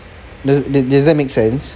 does that does that make sense